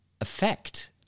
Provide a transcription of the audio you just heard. effect